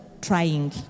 trying